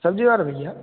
सब्जी और है भईया